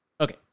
Okay